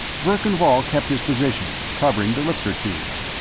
verkan vall kept his position, covering the lifter tubes.